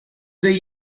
the